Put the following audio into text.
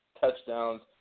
touchdowns